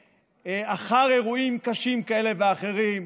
אחר אירועים קשים כאלה ואחרים,